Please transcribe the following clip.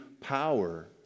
power